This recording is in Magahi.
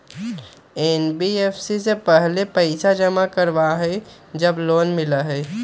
एन.बी.एफ.सी पहले पईसा जमा करवहई जब लोन मिलहई?